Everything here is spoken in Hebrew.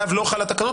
עליו לא חל התקנות,